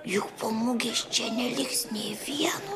juk po mugės čia neliks nė vieno